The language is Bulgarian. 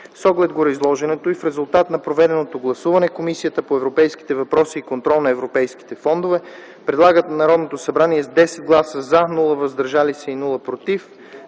С оглед на гореизложеното и в резултат на проведеното гласуване, Комисията по европейските въпроси и контрол на европейските фондове предлага на Народното събрание с 10 гласа „за”, без „против”